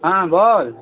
হ্যাঁ বল